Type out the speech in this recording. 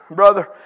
brother